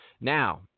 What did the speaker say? Now